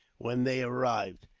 when they arrived.